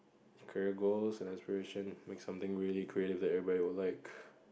career goals and aspiration make something really creative that everybody will like